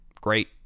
Great